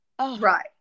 Right